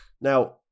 Now